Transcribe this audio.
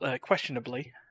questionably